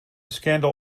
scandal